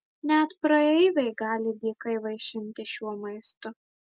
net praeiviai gali dykai vaišintis šiuo maistu